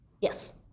Yes